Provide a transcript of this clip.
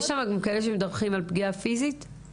יש גם דיווחים על פגיעה פיזית?